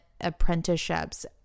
apprenticeships